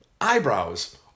eyebrows